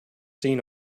seen